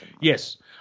Yes